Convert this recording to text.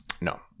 no